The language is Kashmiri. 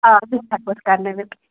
آ تُہۍ ہیٚکو أسۍ کَرنٲوِتھ